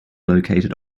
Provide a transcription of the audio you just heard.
located